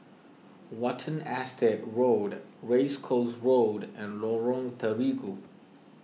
Watten Estate Road Race Course Road and Lorong Terigu